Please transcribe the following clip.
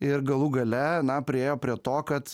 ir galų gale na priėjo prie to kad